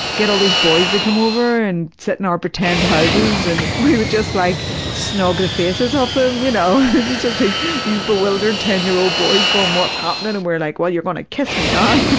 get all these boys to come over and sit in our pretend houses, and we would just like snog the faces off them, you know. and these just like these bewildered ten year old boys goin' what's happenin'? and we're like, well you're gonna kiss me! now